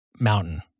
mountain